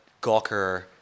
Gawker